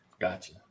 Gotcha